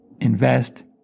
invest